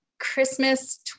Christmas